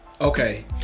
Okay